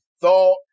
thought